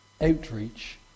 outreach